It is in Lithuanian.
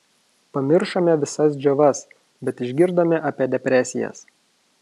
pamiršome visas džiovas bet išgirdome apie depresijas